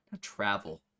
travel